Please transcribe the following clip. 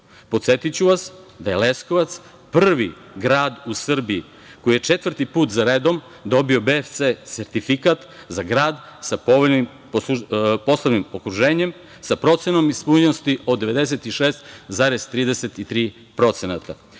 Podsetiću vas da je Leskovac prvi grad u Srbiji koji je četvrti put zaredom dobio BFC sertifikat za grad sa povoljnim poslovnim okruženjem, sa procenom ispunjenosti od 96,33%.